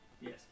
Yes